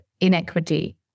inequity